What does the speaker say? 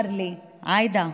שאמר לי: עאידה,